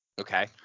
okay